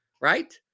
right